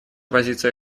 позиция